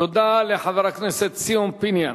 תודה לחבר הכנסת ציון פיניאן.